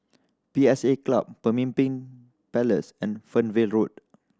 P S A Club Pemimpin Place and Fernvale Road